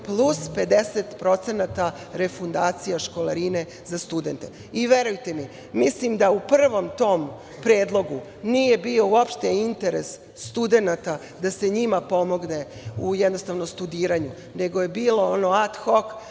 plus 50% refundacija školarine za studente. Verujte mi, mislim da u prvom tom predlogu nije bio uopšte interes studenata da se njima pomogne u studiranju, nego je bilo ono ad hok